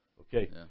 Okay